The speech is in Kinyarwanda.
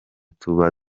tuba